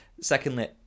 Secondly